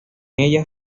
ella